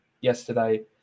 yesterday